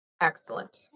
Excellent